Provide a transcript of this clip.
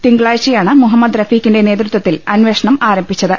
തിങ്കളാഴ്ചയാണ് മുഹമ്മദ് റഫ്ടീഖിന്റെ നേതൃത്വത്തിൽ അന്വേഷണം ആരംഭിച്ചത്